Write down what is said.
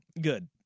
Good